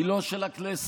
היא לא של הכנסת.